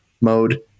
mode